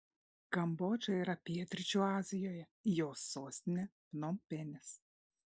kambodža yra pietryčių azijoje jos sostinė pnompenis